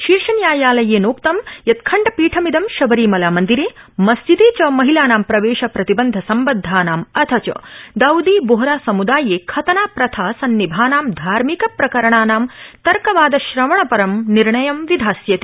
शीर्षन्यायालयेनोक्तं यत् खण्डपीठमिदं शबरीमला मन्दिरे मस्जिदे च महिलानां प्रवेश प्रतिबन्ध सम्बदधानाम अथ च दाउदी बोहरा समूदाये खतना प्रथा सन्निभानाम् धार्मिक प्रकरणानां तर्कवाद श्रवणपरं निर्णयं विधास्यति